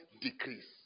decrease